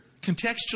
Contextually